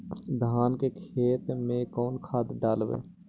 धान के खेत में कौन खाद डालबै?